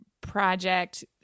project